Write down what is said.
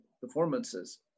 performances